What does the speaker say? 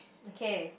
okay